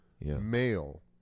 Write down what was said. male